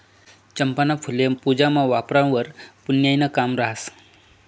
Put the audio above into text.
चंपाना फुल्ये पूजामा वापरावंवर पुन्याईनं काम रहास